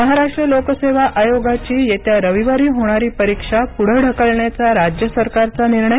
महाराष्ट्र लोकसेवा आयोगाची येत्या रविवारी होणारी परीक्षा पुढे ढकलण्याचा राज्य सरकारचा निर्णय